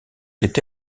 été